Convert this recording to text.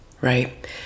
right